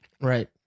Right